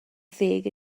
ddeg